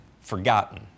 forgotten